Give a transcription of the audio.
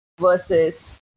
versus